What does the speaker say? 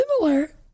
similar